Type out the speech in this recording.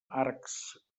arcs